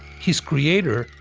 his creator,